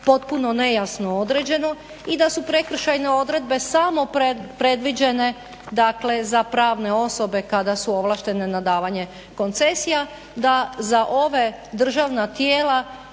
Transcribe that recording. potpuno nejasno određeno i da su prekršajne odredbe samo predviđene dakle za pravne osobe kada su ovlaštene na davanje koncesija da za ova državna tijela